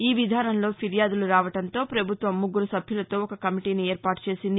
ఈ విధానంలో ఫిర్యాదులు రావడంతో ప్రభుత్వం ముగ్గురు సభ్యులతో ఒక కమిటీ ఏర్పాటు చేసింది